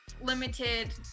limited